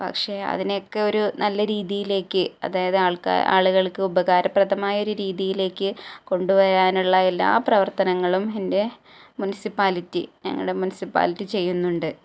പക്ഷെ അതിനൊക്കെ ഒരു നല്ല രീതിയിലേക്ക് അതായത് ആളുകൾക്ക് ഉപകാരപ്രദമായ ഒരു രീതിയിലേക്ക് കൊണ്ടുവരാനുള്ള എല്ലാ പ്രവർത്തനങ്ങളും എൻ്റെ മുനിസിപ്പാലിറ്റി ഞങ്ങളുടെ മുനിസിപ്പാലിറ്റി ചെയ്യുന്നുണ്ട്